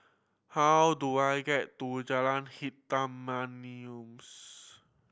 how do I get to Jalan Hitam Manis